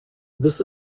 this